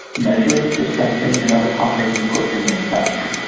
measuring, dispensing and other pumping equipment manufacturing.